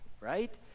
right